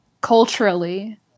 culturally